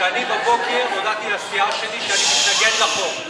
שאני בבוקר הודעתי לסיעה שלי שאני מתנגד לחוק.